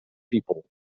people